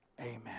amen